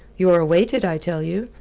you're awaited, i tell you.